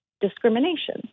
discrimination